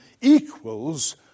equals